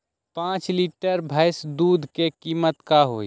पाँच लीटर भेस दूध के कीमत का होई?